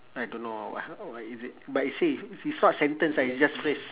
I don't know what or what is it but it say it's not a sentence right it's just phrase